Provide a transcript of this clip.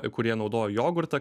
kurie naudoja jogurtą